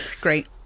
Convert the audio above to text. Great